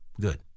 Good